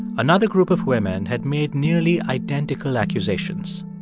another group of women had made nearly identical accusations,